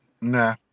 Nah